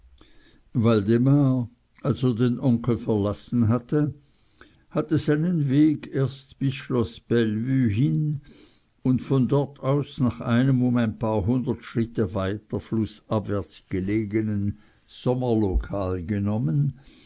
waldemar als er den onkel verlassen hatte hatte sei nen weg erst bis schloß bellevue hin und von dort aus nach einem um ein paar hundert schritte weiter flußabwärts gelegenen sommerlokale genommen